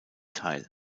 teil